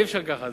אי-אפשר ככה,